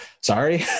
sorry